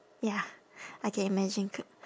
ya I can imagine c~